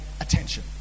attention